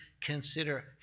consider